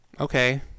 okay